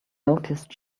noticed